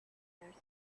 years